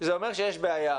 זה אומר שיש בעיה,